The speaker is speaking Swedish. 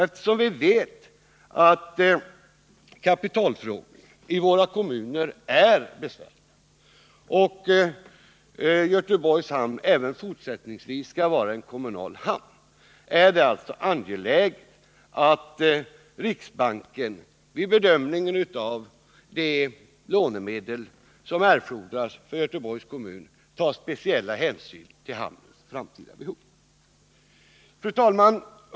Eftersom vi vet att kapitalfrågor är besvärliga i våra kommuner, och Göteborgs hamn även fortsättningsvis skall vara en kommunal hamn, är det angeläget att riksbanken vid bedömningen av de lånemedel som erfordras för Göteborgs kommun tar speciell hänsyn till hamnens framtida behov. Fru talman!